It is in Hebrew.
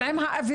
אבל אם האווירה.